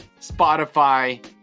Spotify